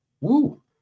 Woo